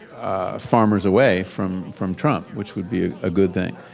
farmers away from from trump, which would be a good thing.